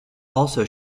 also